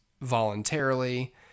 voluntarily